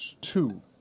two